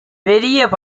பெரிய